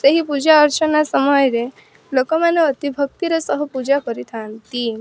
ସେହି ପୂଜା ଅର୍ଚ୍ଚନା ସମୟରେ ଲୋକମାନେ ଅତି ଭକ୍ତିର ସହ ପୂଜା କରିଥାନ୍ତି